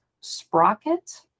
Sprocket